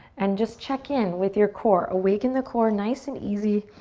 and just check in with your core. awaken the core nice and easy.